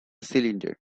cylinder